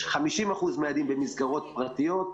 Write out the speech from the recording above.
50% מהילדים במסגרות פרטיות,